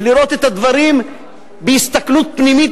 ולראות את הדברים בהסתכלות פנימית